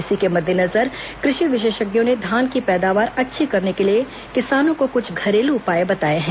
इसी के मद्देनजर कृषि विशेषज्ञों ने धान की पैदावार अच्छी करने के लिए किसानों को कुछ घरेलू उपाए बताए हैं